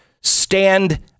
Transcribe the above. stand